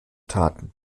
taten